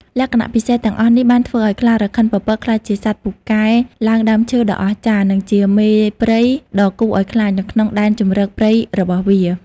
លក្ខណៈពិសេសទាំងអស់នេះបានធ្វើឲ្យខ្លារខិនពពកក្លាយជាសត្វពូកែឡើងដើមឈើដ៏អស្ចារ្យ និងជាមេព្រៃដ៏គួរឲ្យខ្លាចនៅក្នុងដែនជម្រកព្រៃរបស់វា។